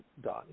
done